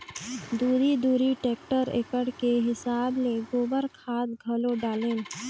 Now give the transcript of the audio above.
दूरी दूरी टेक्टर एकड़ के हिसाब ले गोबर खाद घलो डालेन